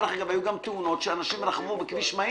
דרך אגב, היו גם תאונות שאנשים רכבו בכביש מהיר,